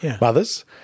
mothers